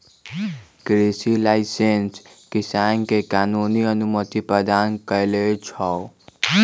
कृषि लाइसेंस किसान के कानूनी अनुमति प्रदान करै छै